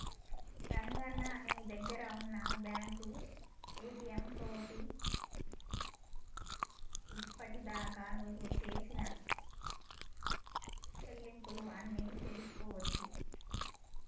రంగన్న నీ దగ్గర ఉన్న బ్యాంకు ఏటీఎం తోటి ఇప్పటిదాకా నువ్వు సేసిన సెల్లింపులు అన్ని తెలుసుకోవచ్చు